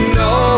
no